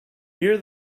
here